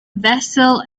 vessel